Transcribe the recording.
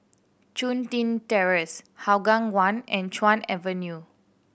Chun Tin Terrace Hougang One and Chuan View